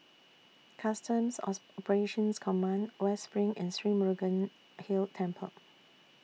Customs Command West SPRING and Sri Murugan Hill Temple